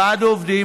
ועד עובדים,